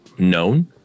known